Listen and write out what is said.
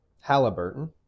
Halliburton